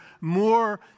more